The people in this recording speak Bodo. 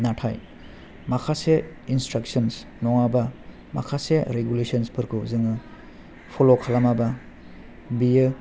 नाथाय माखासे इनस्ट्राकसन नङाबा माखासे रेगुलेसनफोरखौ जोङो फल' खालामाबा बेयो